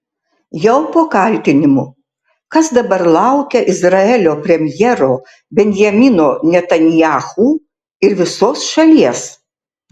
jau po kaltinimų kas dabar laukia izraelio premjero benjamino netanyahu ir visos šalies